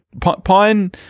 Pine